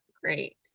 great